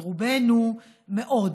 את רובנו, מאוד